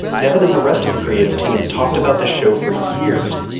nevin and the rest of the creative team talked about the show for years.